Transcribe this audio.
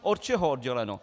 Od čeho odděleno?